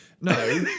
no